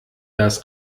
das